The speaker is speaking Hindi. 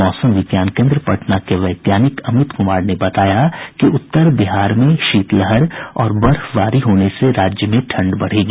मौसम विज्ञान केन्द्र पटना के वैज्ञानिक अमित कुमार ने बताया कि उत्तर भारत में शीतलहर और बर्फबारी होने से राज्य में ठंड बढ़ेगी